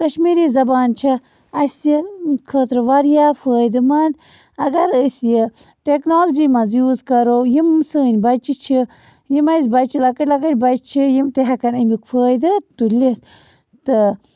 کشمیٖری زبان چھےٚ اَسہِ خٲطرٕ واریاہ فٲیدٕ منٛد اگر أسۍ یہِ ٹٮ۪کنالجی مںٛز یوٗز کَرو یِم سٲنۍ بچہِ چھِ یِم اَسہِ بَچہِ لۄکٕٹۍ لۄکٕٹۍ بچہِ چھِ یِم تہِ ہٮ۪کن اَمیُک فٲیدٕ تُلِتھ تہٕ